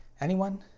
anyone?